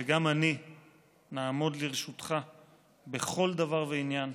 וגם אני נעמוד לרשותך בכל דבר ועניין,